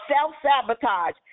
self-sabotage